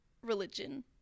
religion